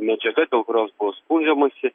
medžiaga dėl kurios buvo skundžiamasi